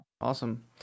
Awesome